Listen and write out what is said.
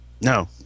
No